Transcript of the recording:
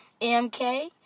MK